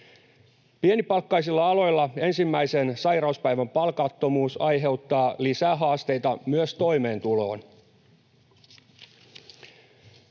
Pienipalkkaisilla aloilla ensimmäisen sairauspäivän palkattomuus aiheuttaa lisähaasteita myös toimeentuloon.